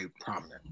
prominent